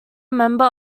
member